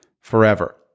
forever